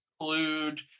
include